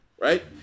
right